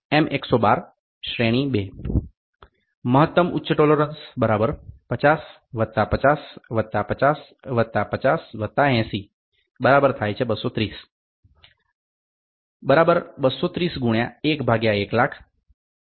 M 112 - શ્રેણી II મહત્તમ ઉચ્ચ ટોલોરન્સ 50 50 50 50 80 230 230 ×1 100000 0